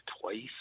twice